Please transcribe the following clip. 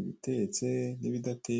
ibitetse n'ibidatetse.